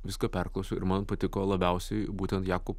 viską perklausiau ir man patiko labiausiai būtent jakub